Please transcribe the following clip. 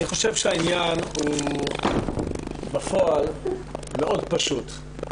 אני חושב שהעניין בפועל פשוט מאוד.